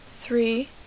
three